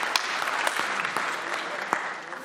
בבקשה לשבת.